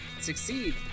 succeed